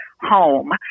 Home